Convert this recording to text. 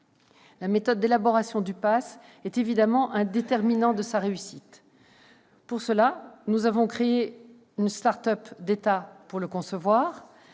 La méthode d'élaboration du pass est évidemment déterminante pour sa réussite. À cette fin, nous avons créé une start-up d'État pour le concevoir,